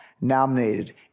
nominated